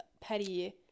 petty